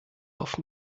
auf